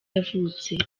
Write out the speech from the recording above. yavutse